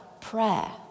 prayer